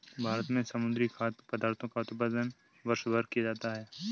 भारत में समुद्री खाद्य पदार्थों का उत्पादन वर्षभर किया जाता है